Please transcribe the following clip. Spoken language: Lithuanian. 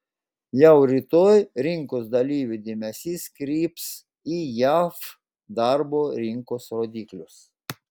jau rytoj rinkos dalyvių dėmesys kryps į jav darbo rinkos rodiklius